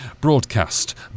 Broadcast